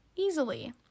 Easily